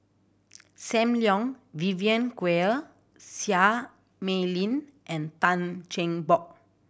Sam Leong Vivien Quahe Seah Mei Lin and Tan Cheng Bock